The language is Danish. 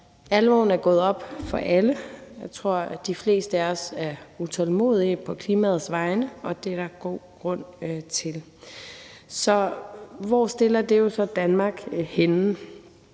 alvoren er gået op for alle. Jeg tror, at de fleste af os er utålmodige på klimaets vegne, og det er der god grund til. Så hvor stiller det Danmark henne